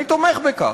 אני תומך בכך.